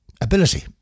ability